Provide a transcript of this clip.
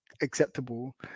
acceptable